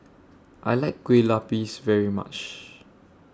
I like Kueh Lopes very much